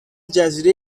جزیره